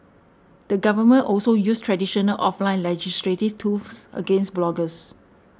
the government also used traditional offline legislative against bloggers